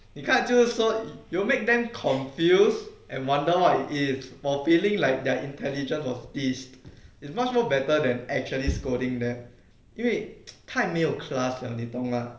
你看就是说 you will make them confused and wonder what it is for feeling like their intelligence was teased is much more better than actually scolding them 因为太没有 class 了你懂吗